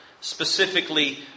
specifically